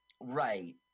right